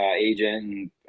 agent